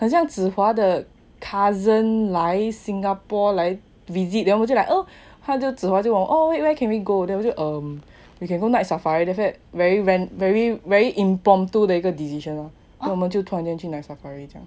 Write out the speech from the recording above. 很像 zi hua 的 cousin 来 singapore 来 visit then 我就 like oh then after that zi hua 就问我 oh wait where can we go then 我就 um you can go night safari if it very rent very very impromptu 的一个 decision lor then 我们就突然间去 night safari